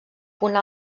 punt